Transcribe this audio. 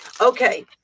Okay